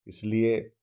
इसलिए